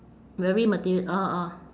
vary material orh orh